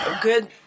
Good